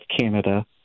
Canada